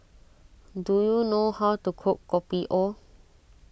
do you know how to cook Kopi O